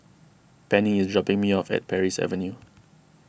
Pennie is dropping me off at Parry Avenue